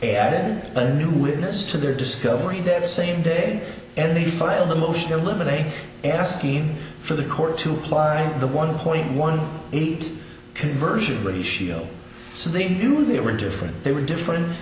added a new witness to their discovery that same day and they filed a motion in limine a asking for the court to apply the one point one eight conversion ratio so they knew they were different they were different